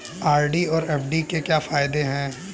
RD और FD के क्या फायदे हैं?